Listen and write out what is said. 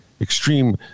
extreme